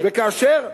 וכאשר,